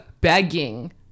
begging